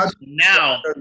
Now